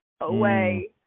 away